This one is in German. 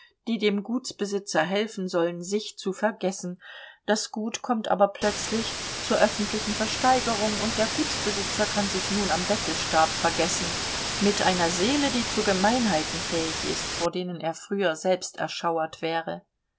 die dem gutsbesitzer helfen sollen sich zu vergessen das gut kommt aber plötzlich zur öffentlichen versteigerung und der gutsbesitzer kann sich nun am bettelstab vergessen mit einer seele die zu gemeinheiten fähig ist vor denen er früher selbst erschauert wäre